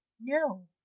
no